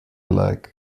leg